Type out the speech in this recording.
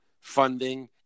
Funding